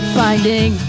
finding